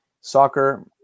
soccer